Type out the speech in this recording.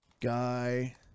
Guy